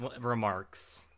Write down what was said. remarks